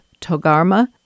Togarma